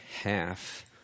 half